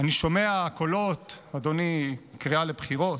אני שומע קולות, אדוני, בקריאה לבחירות.